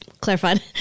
clarified